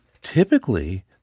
typically